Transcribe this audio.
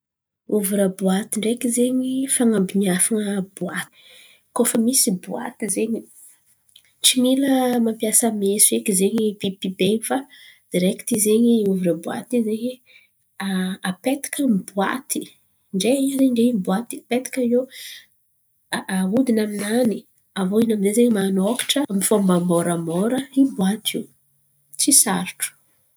Ovra boaty ndraiky zen̈y karazan̈a fan̈abian̈afan̈a boaty. Koa fa misy boaty zen̈y tsy mila mampiasa meso eky zen̈y pipipen̈y fa direkity zen̈y ovra boaty in̈y ze apetaka amin’ny boaty apetaka io. Ndre in̈y izen̈y ndre boaty apetaka io, aodiny aminany aviô in̈y amizay manokatra amin’ny fomba moramora iboaty io, tsy sarotro.